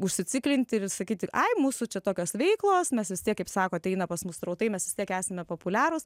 užsiciklinti ir sakyti ai mūsų čia tokios veiklos mes vis tiek kaip sako ateina pas mus srautai mes vis tiek esame populiarūs